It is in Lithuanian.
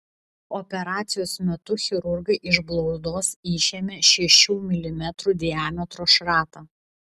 operacijos metu chirurgai iš blauzdos išėmė šešių milimetrų diametro šratą